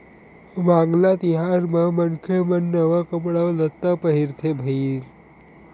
वांगला तिहार म मनखे मन नवा कपड़ा लत्ता पहिरथे भईर